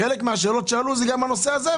חלק מהשאלות שעלו הן גם בנושא הזה,